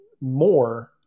more